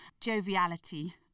joviality